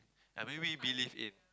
I maybe believe in